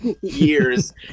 years